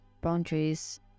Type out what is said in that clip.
boundaries